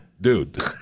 dude